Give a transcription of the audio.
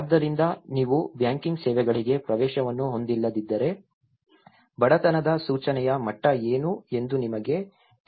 ಆದ್ದರಿಂದ ನೀವು ಬ್ಯಾಂಕಿಂಗ್ ಸೇವೆಗಳಿಗೆ ಪ್ರವೇಶವನ್ನು ಹೊಂದಿಲ್ಲದಿದ್ದರೆ ಬಡತನದ ಸೂಚನೆಯ ಮಟ್ಟ ಏನು ಎಂದು ನಿಮಗೆ ತಿಳಿದಿರುತ್ತದೆ